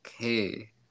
Okay